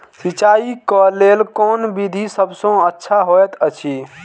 सिंचाई क लेल कोन विधि सबसँ अच्छा होयत अछि?